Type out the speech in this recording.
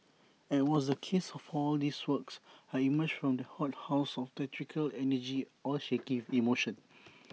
as was the case for all these works I emerged from that hothouse of theatrical energy all shaky emotion